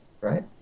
right